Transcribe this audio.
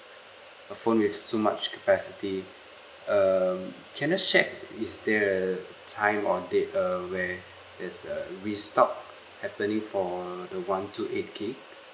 a phone with too much capacity um can I just check is there a time or date err where there's a restock happening for the one two eight gig